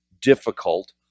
difficult